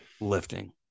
lifting